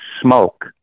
smoke